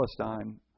Palestine